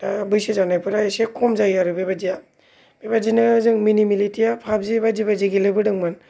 दा बैसो जानायफोरा एसे खम जायो आरो बेबायदिया बेबायदिनो जों मिनि मिलिटिया पाबजि बायदि बायदि गेलेबोदोंमोन